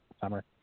summer